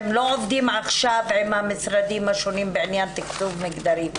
הם לא עובדים עכשיו עם המשרדים השונים בעניין תקצוב מגדרי.